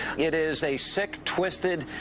it is a sick, twisted,